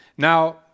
Now